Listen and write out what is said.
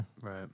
right